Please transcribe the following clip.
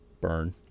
burn